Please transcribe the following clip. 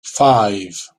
five